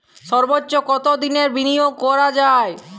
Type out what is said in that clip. সর্বোচ্চ কতোদিনের বিনিয়োগ করা যায়?